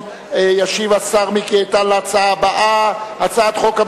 ישיב השר מיקי איתן על ההצעה הבאה אחריה,